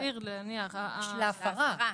מתייחסת להפרה.